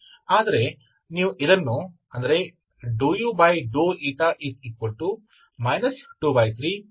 ಆದರೆ ನೀವು ಇದನ್ನು ∂u 23C1